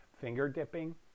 finger-dipping